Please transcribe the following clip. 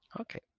okay